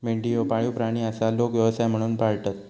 मेंढी ह्यो पाळीव प्राणी आसा, लोक व्यवसाय म्हणून पाळतत